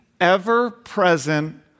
ever-present